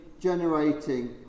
generating